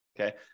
Okay